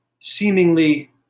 seemingly